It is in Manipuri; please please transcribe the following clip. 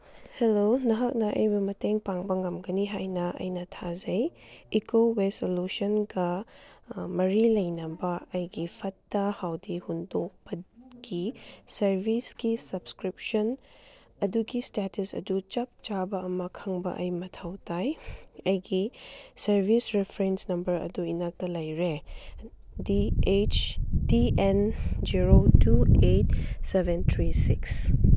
ꯍꯜꯂꯣ ꯅꯍꯥꯛꯅ ꯑꯩꯕꯨ ꯃꯇꯦꯡ ꯄꯥꯡꯕ ꯉꯝꯒꯅꯤ ꯍꯥꯏꯅ ꯑꯩꯅ ꯊꯥꯖꯩ ꯏꯀꯣ ꯋꯦꯁ ꯁꯣꯂꯨꯁꯟꯒ ꯃꯔꯤ ꯂꯩꯅꯕ ꯑꯩꯒꯤ ꯐꯠꯇ ꯍꯥꯎꯗꯤ ꯍꯨꯟꯗꯣꯛꯄꯒꯤ ꯁꯔꯚꯤꯁꯀꯤ ꯁꯞꯁꯀ꯭ꯔꯤꯞꯁꯟ ꯑꯗꯨꯒꯤ ꯏꯁꯇꯦꯇꯁ ꯑꯗꯨ ꯆꯞ ꯆꯥꯕ ꯑꯃ ꯈꯪꯕ ꯑꯩ ꯃꯊꯧ ꯇꯥꯏ ꯑꯩꯒꯤ ꯁꯔꯚꯤꯁ ꯔꯦꯐ꯭ꯔꯦꯟꯁ ꯅꯝꯕꯔ ꯑꯗꯨ ꯏꯅꯥꯛꯇ ꯂꯩꯔꯦ D S T N zero two eight seven three six